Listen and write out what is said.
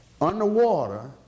Underwater